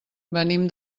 venim